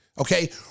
Okay